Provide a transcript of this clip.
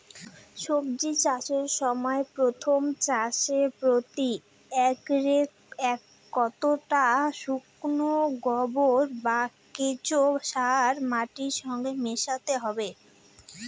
সবজি চাষের সময় প্রথম চাষে প্রতি একরে কতটা শুকনো গোবর বা কেঁচো সার মাটির সঙ্গে মেশাতে হবে?